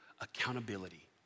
accountability